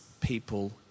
people